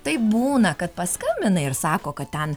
taip būna kad paskambina ir sako kad ten